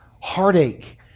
heartache